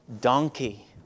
donkey